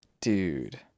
dude